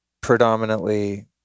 predominantly